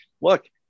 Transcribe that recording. look